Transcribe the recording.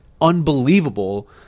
unbelievable